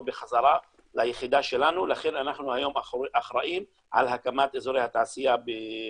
בחזרה ליחידה שלנו לכן אנחנו היום אחראים על הקמת אזורי התעשייה גם